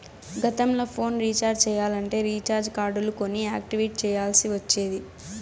గతంల phone recharge చెయ్యాలంటే recharge కార్డులు కొని యాక్టివేట్ చెయ్యాల్ల్సి ఒచ్చేది